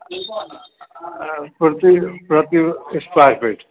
प्रति प्रति square feet